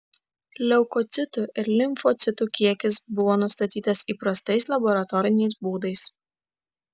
leukocitų ir limfocitų kiekis buvo nustatytas įprastais laboratoriniais būdais